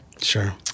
Sure